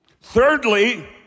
thirdly